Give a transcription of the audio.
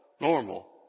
normal